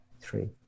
three